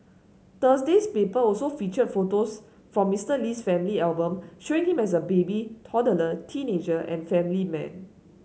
Thursday's paper also featured photos from Mister Lee's family album showing him as a baby toddler teenager and family man